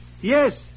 Yes